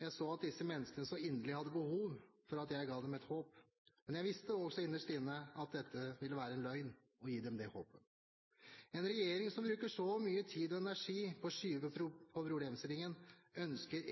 Jeg så at disse menneskene så inderlig hadde behov for at jeg ga dem et håp. Men jeg visste også innerst inne at det ville være en løgn å gi dem dette håpet. En regjering som bruker så mye tid og energi på å skyve på problemstillingen, ønsker